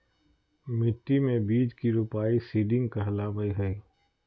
मिट्टी मे बीज के रोपाई सीडिंग कहलावय हय